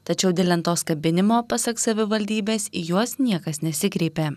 tačiau dėl lentos kabinimo pasak savivaldybės į juos niekas nesikreipė